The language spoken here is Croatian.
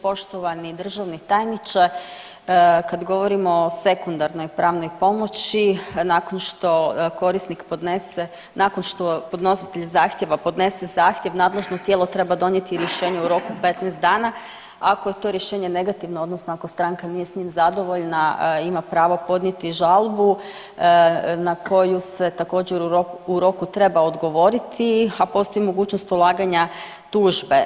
Poštovani državni tajniče, kad govorimo o sekundarnoj pravnoj pomoći nakon što korisnik podnese, nakon što podnositelj zahtjeva podnese zahtjev nadležno tijelo treba donijeti rješenje u roku 15 dana, a ako je to rješenje negativno odnosno ako stranka nije s njim zadovoljna ima pravo podnijeti žalbu na koju se također u roku treba odgovoriti, a postoji mogućnost ulaganja tužbe.